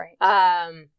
right